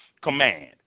command